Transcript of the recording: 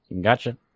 Gotcha